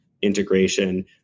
integration